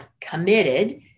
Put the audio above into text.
committed